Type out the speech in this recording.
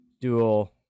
dual